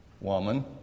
Woman